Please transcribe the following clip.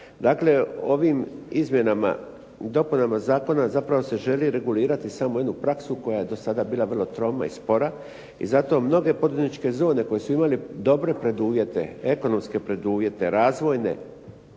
Dakle, ovim izmjenama i dopunama zakona zapravo se želi regulirati samo jednu praksu koja je do sada bila vrlo troma i spora i zato mnoge poduzetničke zone koje su imale dobre preduvjete, ekonomske preduvjete, razvojne